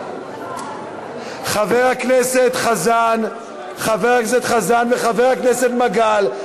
חבר הכנסת חזן וחבר הכנסת מגל,